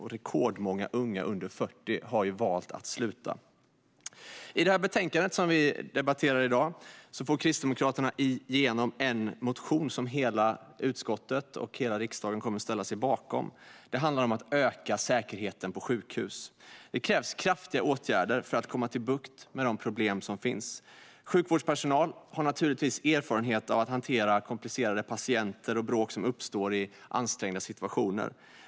Rekordmånga unga under 40 år har valt att sluta. Med det betänkande som vi debatterar i dag får Kristdemokraterna igenom en motion som hela utskottet och hela riksdagen kommer att ställa sig bakom. Det handlar om att öka säkerheten på sjukhus. Det krävs kraftiga åtgärder för att komma till rätta med de problem som finns. Sjukvårdspersonal har naturligtvis erfarenhet av att hantera komplicerade patienter och bråk uppstår i ansträngda situationer.